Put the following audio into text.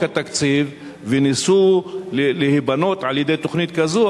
התקציב וניסו להיבנות על-ידי תוכנית כזאת,